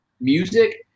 music